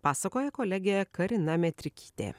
pasakoja kolegė karina metrikytė